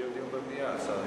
שיהיה דיון במליאה, השר ישיב.